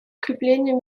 укреплению